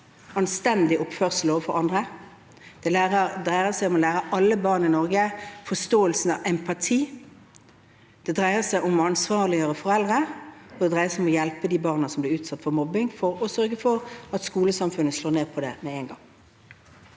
anstendig oppførsel overfor andre. Det dreier seg om å lære alle barn i Norge forståelsen av empati. Det dreier seg om å ansvarliggjøre foreldre. Det dreier seg om å hjelpe de barna som blir utsatt for mobbing, og sørge for at skolesamfunnet slår ned på det med en gang.